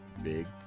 big